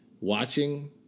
watching